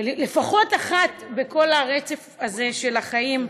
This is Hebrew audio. לפחות אחת, בכל הרצף הזה של החיים.